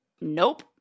Nope